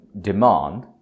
demand